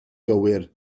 gywir